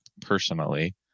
personally